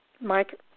Mike